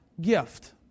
gift